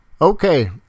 Okay